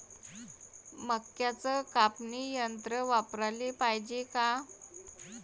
मक्क्याचं कापनी यंत्र वापराले पायजे का?